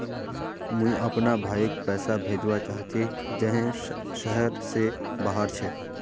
मुई अपना भाईक पैसा भेजवा चहची जहें शहर से बहार छे